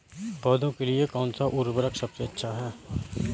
पौधों के लिए कौन सा उर्वरक सबसे अच्छा है?